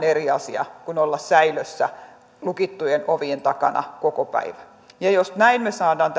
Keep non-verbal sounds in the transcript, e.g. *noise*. *unintelligible* eri asia kuin olla säilössä lukittujen ovien takana koko päivä jos näin me saamme *unintelligible*